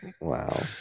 Wow